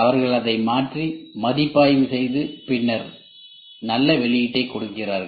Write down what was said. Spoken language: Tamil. அவர்கள் மாற்றத்தை மதிப்பாய்வு செய்து பின்னர் நல்ல வெளியீட்டைக் கொடுக்கிறார்கள்